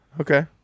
Okay